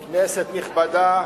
אדוני היושב-ראש, כנסת נכבדה,